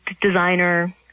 designer